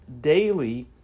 Daily